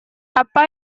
apa